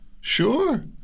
Sure